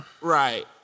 Right